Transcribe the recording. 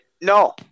no